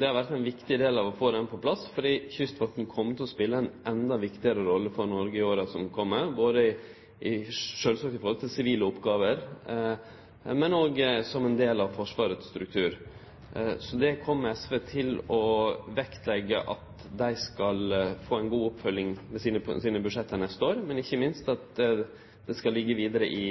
Det har vore ein viktig del av å få planen på plass, fordi Kystvakta kjem til å spele ei enda viktigare rolle for Noreg i åra som kjem, sjølvsagt med omsyn til sivile oppgåver, men òg som ein del av Forsvarets struktur. SV kjem til å leggje vekt på at dei skal få ei god oppfølging i sine budsjett til neste år, men ikkje minst at dei skal liggje inne i